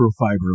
microfiber